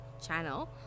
channel